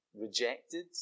rejected